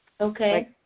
Okay